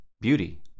beauty